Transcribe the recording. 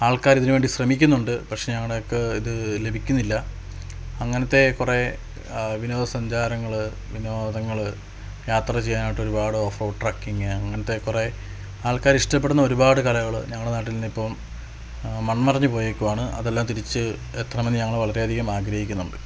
ആൾക്കാരിതിന് വേണ്ടി ശ്രമിക്കുന്നുണ്ട് പക്ഷെ ഞങ്ങടേക്ക് ഇത് ലഭിക്കുന്നില്ല അങ്ങനത്തെ കുറേ വിനോദസഞ്ചാരങ്ങള് വിനോദങ്ങള് യാത്ര ചെയ്യാനായിട്ടൊരുപാട് ഓഫ് റോഡ് ട്രക്കിങ്ങ് അങ്ങനത്തെക്കുറേ ആൾക്കാരിഷ്ടപ്പെടുന്ന ഒരുപാട് കലകള് ഞങ്ങളുടെ നാട്ടിൽനിന്നിപ്പോള് മൺമറഞ്ഞു പോയേക്കുവാണ് അതെല്ലാം തിരിച്ച് എത്തണമെന്ന് ഞങ്ങള് വളരെയധികം ആഗ്രഹിക്കുന്നുണ്ട്